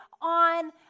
on